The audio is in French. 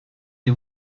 des